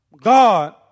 God